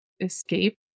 escape